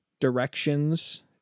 directions